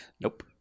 nope